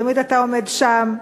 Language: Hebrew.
תמיד אתה עומד שם,